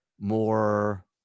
more